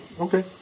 Okay